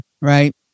right